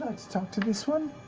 talk to this one?